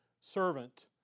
servant